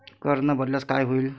कर न भरल्यास काय होईल?